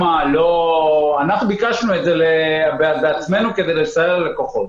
אנחנו ביקשנו את זה בעצמנו כדי לסייע ללקוחות.